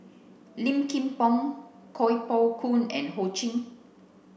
Lin Kim Pong Kuo Pao Kun and Ho Ching